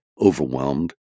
overwhelmed